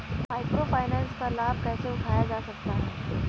Micro finance का लाभ कैसे उठाया जा सकता है?